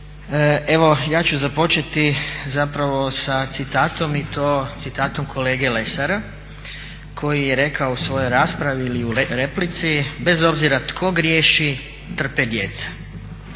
Evo ja ću započeti sa citatom i to citatom kolege Lesara koji je rekao u svojoj raspravi ili u replici "bez obzira tko griješi trpe djeca"